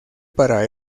para